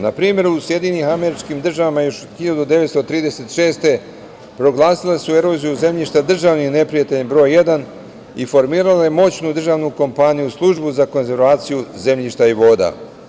Na primer u SAD još 1936. godine proglasile su eroziju zemljišta državnim neprijateljem broj jedan i formirale moćnu državnu kompaniju, službu za konzervaciju zemljišta i voda.